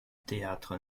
théâtre